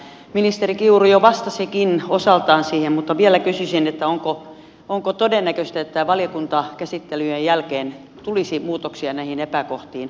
ministeri kiuru jo vastasikin osaltaan siihen mutta vielä kysyisin onko todennäköistä että valiokuntakäsittelyjen jälkeen tulisi muutoksia näihin epäkohtiin